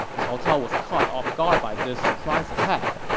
cao cao was caught off guard by this surprise attack.